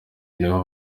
nabo